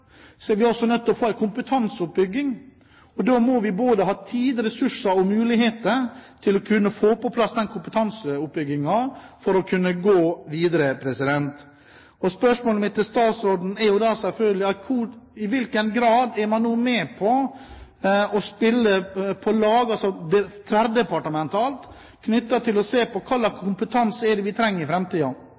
få en kompetanseoppbygging. Da må vi ha både tid, ressurser og muligheter til å kunne få på plass den kompetanseoppbyggingen for å kunne gå videre. Spørsmålet mitt til statsråden er da selvfølgelig: I hvilken grad er man nå med på å spille på lag, altså tverrdepartementalt, for å se på hva slags kompetanse det er vi trenger i